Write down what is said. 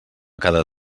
cada